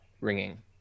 Ringing